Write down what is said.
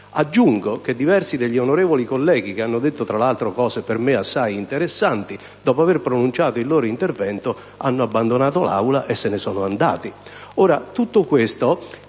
Aggiungo che diversi degli onorevoli colleghi, che hanno detto fra l'altro cose per me assai interessanti, dopo avere pronunciato il loro intervento hanno abbandonato l'Aula e se ne sono andati.